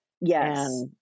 Yes